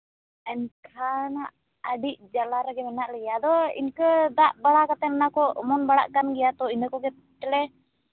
ᱮᱱᱠᱷᱟᱱ ᱟᱹᱰᱤ ᱦᱟᱸᱜ ᱟᱹᱰᱤ ᱡᱟᱞᱟ ᱨᱮᱜᱮ ᱢᱮᱱᱟᱜ ᱞᱮᱭᱟ ᱟᱫᱚ ᱤᱱᱠᱟᱹ ᱫᱟᱜ ᱵᱟᱲᱟ ᱠᱟᱛᱮ ᱚᱱᱟ ᱠᱚ ᱚᱢᱚᱱ ᱵᱟᱲᱟᱜ ᱠᱟᱱ ᱜᱮᱭᱟ ᱛᱚ ᱤᱱᱟᱹ ᱠᱚᱜᱮ ᱛᱮᱞᱮ